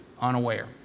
unaware